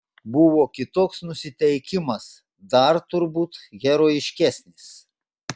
buvo kitoks nusiteikimas dar turbūt herojiškesnis